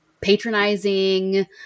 patronizing